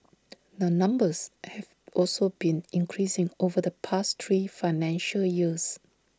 the numbers have also been increasing over the past three financial years